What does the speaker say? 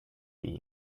will